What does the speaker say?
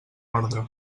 ordre